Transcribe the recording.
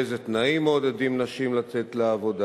באיזה תנאים מעודדים נשים לצאת לעבודה?